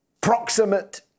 proximate